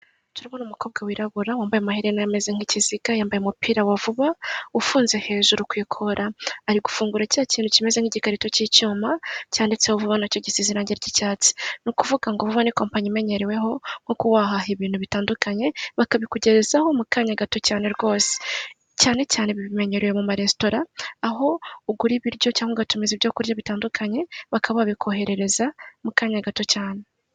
Turabona umukobwa wirabura umbaye amaherena ameze nk'ikiziga, yambaye umupira wa vuba ufunze hejuru kukora. Ari gufungura cya kintu kimeze nk'igikarito cy'icyuma cyanditseho vuba nacyo gisize irangi ry'icyatsi, ni ukuvuga ngo vuba ni kopanyi imenyereweho nko kuba wahaha ibintu bitandukanye bakabikugerezaho mu kanya gato cyane rwose. Cyane cyane bimenyerewe mu maresitora aho ugura ibiryo cyangwa ugatumiza ibyoku kurya bitandukanye bakaba babikoherereza mukanyaya gato cyane.